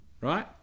Right